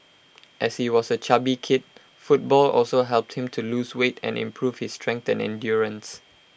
as he was A chubby kid football also helped him to lose weight and improve his strength and endurance